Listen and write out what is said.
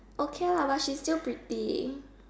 okay lah but she's still pretty